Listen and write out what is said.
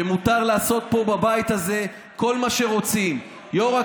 שבבית הזה מותר לעשות כל מה שרוצים.